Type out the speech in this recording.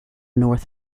north